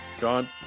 John